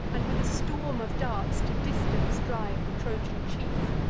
and with a storm of darts to distance drive the trojan chief,